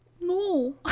no